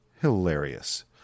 Hilarious